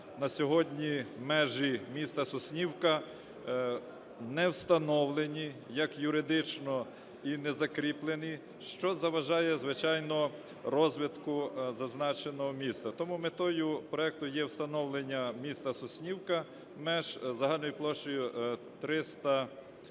на сьогодні межі міста Соснівки не встановлені як юридично і незакріплені, що заважає, звичайно, розвитку зазначеного міста. Тому метою проекту є встановлення міста Соснівки меж загальною площею 300 тисяч